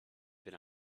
been